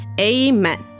Amen